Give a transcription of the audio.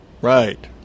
Right